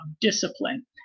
discipline